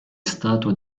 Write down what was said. stato